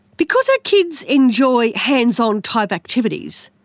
because our kids enjoy hands-on-type activities,